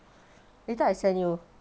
later I'll send you